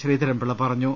ശ്രീധരൻപിള്ള പറഞ്ഞു